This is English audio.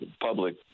public